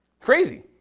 Crazy